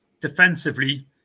Defensively